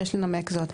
יש לנמק זאת,